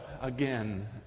again